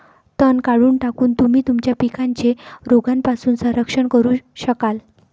तण काढून टाकून, तुम्ही तुमच्या पिकांचे रोगांपासून संरक्षण करू शकाल